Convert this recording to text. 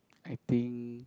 I think